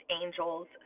angels